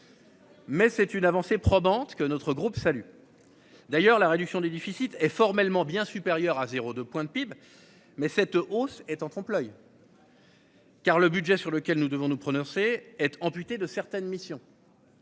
Mais c'est une avancée probante que notre groupe salue. D'ailleurs, la réduction des déficits et formellement bien supérieur à 0 2 point de PIB. Mais cette hausse est en trompe-l'oeil.-- Car le budget sur lequel nous devons nous prononcer être amputé de certaines missions.--